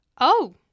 Oh